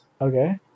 Okay